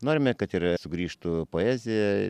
norime kad ir sugrįžtų poezija